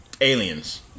Aliens